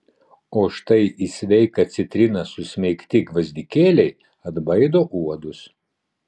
o štai į sveiką citriną susmeigti gvazdikėliai atbaido uodus